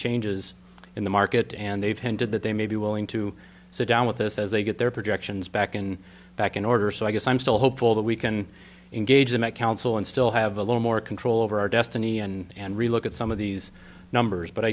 changes in the market and they've hinted that they may be willing to sit down with us as they get their projections back and back in order so i guess i'm still hopeful that we can engage them at council and still have a little more control over our destiny and relook at some of these numbers but i